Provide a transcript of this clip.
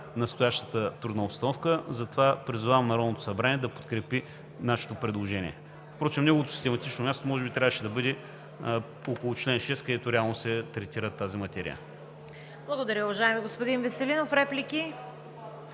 настоящата трудна обстановка. Затова призовавам Народното събрание да подкрепи нашето предложение. Впрочем неговото систематично място може би трябваше да бъде около чл. 6, където реално се третира тази материя. ПРЕДСЕДАТЕЛ ЦВЕТА КАРАЯНЧЕВА: Благодаря, уважаеми господин Веселинов. Реплики?